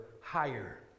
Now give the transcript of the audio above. higher